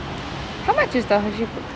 how much is the hershey p~